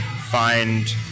find